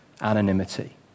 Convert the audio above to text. Anonymity